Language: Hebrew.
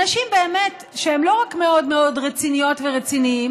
אנשים שהם לא רק מאוד רציניות ורציניים,